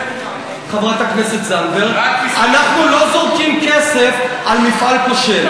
אומרת: יש מפעל כושל.